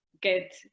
get